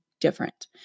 different